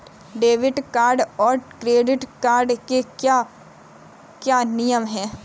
Debit card और credit card के क्या क्या नियम हैं?